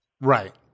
Right